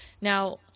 Now